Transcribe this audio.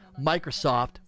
Microsoft